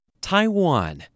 Taiwan